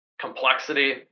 complexity